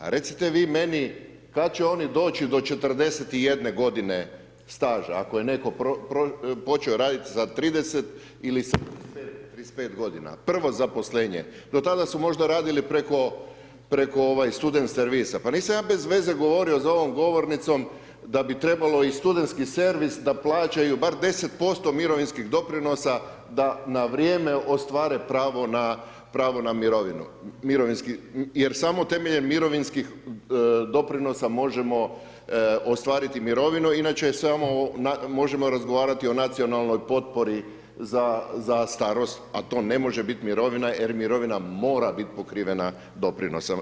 A recite vi meni, kad će oni doći do 41 godine staža, ako je netko počeo raditi sa 30 ili sa 35 godina, prvo zaposlenje, do tada su možda radili preko, preko ovaj, student servisa, pa nisam ja bez veze govorio za ovom govornicom da bi trebalo i studentski servis da plaćaju bar 10% mirovinskih doprinosa, da na vrijeme ostvare pravo na, pravo na mirovinu, mirovinski, jer samo temeljem mirovinskih doprinosa možemo ostvarimo mirovinu inače samo možemo razgovarati o nacionalnoj potpori za starost, a to ne može biti mirovina, jer mirovina mora biti pokrivena doprinosom.